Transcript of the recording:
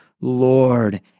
Lord